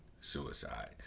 suicide